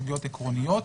סוגיות עקרוניות,